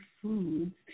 foods